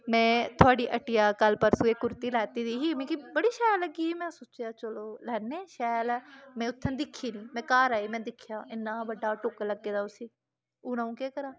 में थुआढ़ी हट्टिया कल परसूं इक कुर्ती लैती दी ही मिकी बड़ी शैल लग्गी में सोचेआ चलो लैन्ने आं शैल ऐ में उत्थै दिक्खी नी में घर आई में दिक्खेआ इन्ना बड्डा टुक्क लग्गे दा उसी हून आं'ऊ केह् करां